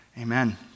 Amen